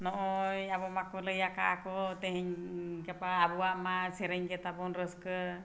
ᱱᱚᱜᱼᱚᱭ ᱟᱵᱚ ᱢᱟᱠᱚ ᱞᱟᱹᱭᱟᱠᱟᱫ ᱟᱠᱚ ᱛᱮᱦᱮᱧ ᱜᱟᱯᱟ ᱟᱵᱚᱣᱟᱜ ᱢᱟ ᱥᱮᱨᱮᱧᱜᱮ ᱛᱟᱵᱚᱱ ᱨᱟᱹᱥᱠᱟᱹ